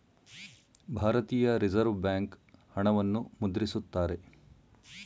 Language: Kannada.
ಭಾರತೀಯ ರಿಸರ್ವ್ ಬ್ಯಾಂಕ್ ಹಣವನ್ನು ಮುದ್ರಿಸುತ್ತಾರೆ